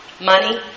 Money